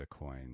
bitcoin